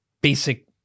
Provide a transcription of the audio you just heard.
basic